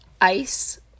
ice